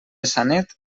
sanet